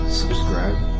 subscribe